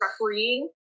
refereeing